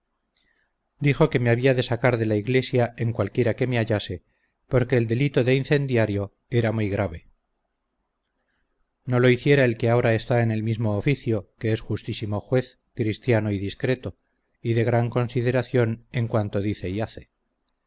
dijo que me había de sacar de la iglesia en cualquiera que me hallase porque el delito de incendiario era muy grave no lo hiciera el que ahora está en el mismo oficio que es justísimo juez cristiano y discreto y de gran consideración en cuanto dice y hace